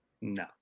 No